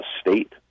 state